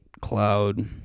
Cloud